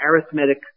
arithmetic